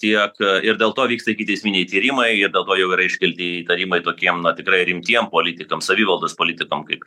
tiek ir dėl to vyksta ikiteisminiai tyrimai ir dėl to jau yra iškelti įtarimai tokiem na tikrai rimtiem politikam savivaldos politikams kaip